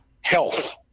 Health